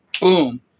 boom